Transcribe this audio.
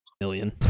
million